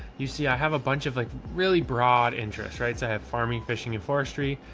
you see i have a bunch of like really broad interests rights. i have farming, fishing and forestry.